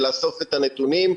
זה הדברים הבולטים.